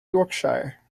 yorkshire